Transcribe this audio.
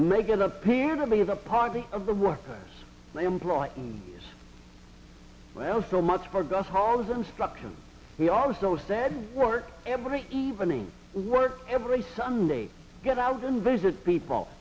make it appear to be the party of the workers they employ well so much for gus hall is instructions he also said work every evening work every sunday get out and visit people